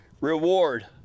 reward